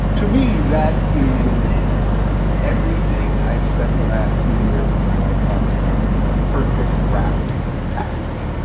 to me, that is everything i've spent the last few years of my life talking about in a perfect wrapped package.